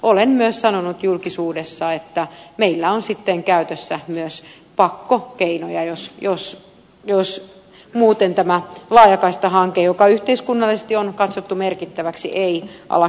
olen myös sanonut julkisuudessa että meillä on sitten käytössä myös pakkokeinoja jos muuten tämä laajakaistahanke joka yhteiskunnallisesti on katsottu merkittäväksi ei ala kiinnostaa